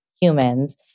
humans